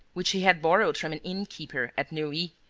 which he had borrowed from an inn-keeper at neuilly,